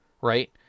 Right